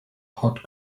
hot